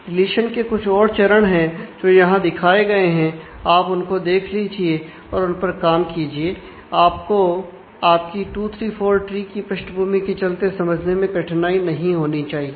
deletion के कुछ और चरण हैं जो यहां दिखाए गए हैं आप उनको देख लीजिए और उन पर काम कीजिए और आपको आपकी 2 3 4 ट्री की पृष्ठभूमि के चलते समझने में कठिनाई नहीं होनी चाहिए